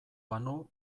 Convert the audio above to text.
banu